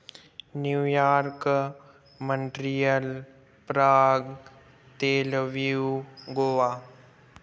New York Montreal Prague Tel Aviv Goa